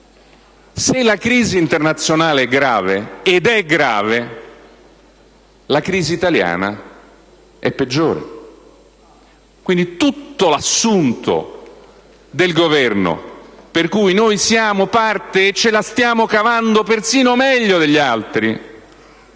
se la crisi internazionale è grave - ed è grave - la crisi italiana è peggiore. Quindi tutto l'assunto del Governo, per cui noi ce la stiamo cavando persino meglio degli altri,